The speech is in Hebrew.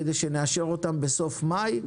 כדי שנאשר אותן בסוף מאי,